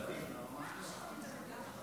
אינו נוכח, חבר הכנסת ינון אזולאי,